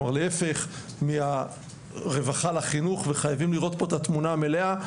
כלומר להיפך מהרווחה לחינוך וחייבים לראות פה את התמונה המלאה,